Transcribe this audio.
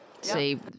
See